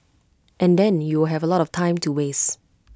and then you will have A lot of time to waste